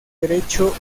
derecho